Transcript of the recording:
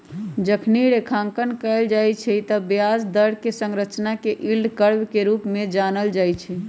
जखनी रेखांकन कएल जाइ छइ तऽ ब्याज दर कें संरचना के यील्ड कर्व के रूप में जानल जाइ छइ